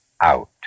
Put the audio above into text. out